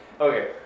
okay